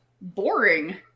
boring